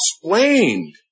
explained